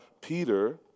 Peter